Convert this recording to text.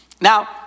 Now